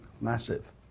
massive